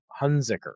Hunziker